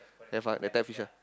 have ah that type of fish ah